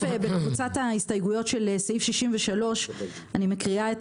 בקבוצת ההסתייגויות של סעיף 63 אני מקריאה את